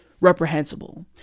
reprehensible